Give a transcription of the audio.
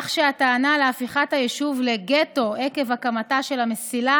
כך שהטענה להפיכת היישוב לגטו עקב הקמתה של המסילה